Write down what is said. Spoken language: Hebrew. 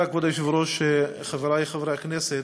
כבוד היושב-ראש, תודה, חברי חברי הכנסת,